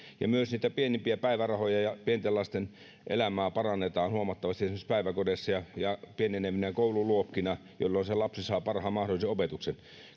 ja myös niitä pienimpiä päivärahoja ja pienten lasten elämää parannetaan huomattavasti esimerkiksi päiväkodeissa ja ja pienenevinä koululuokkina jolloin lapsi saa parhaan mahdollisen opetuksen